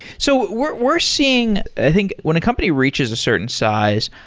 so we're we're seeing i think when a company reaches a certain size,